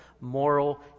moral